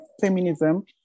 feminism